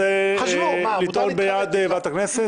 מישהו רוצה לטעון בעד ועדת הכנסת?